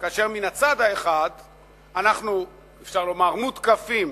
כאשר מצד האחד אנחנו, אפשר לומר, מותקפים